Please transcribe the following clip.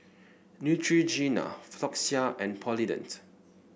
Neutrogena Floxia and Polident